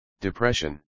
Depression